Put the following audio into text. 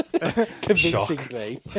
convincingly